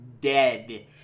dead